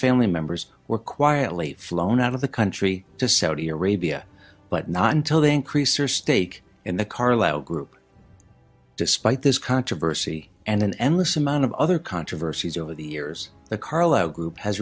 family members were quietly flown out of the country to saudi arabia but not until they increase or stake in the carlyle group despite this controversy and an endless amount of other controversies over the years the carlow group has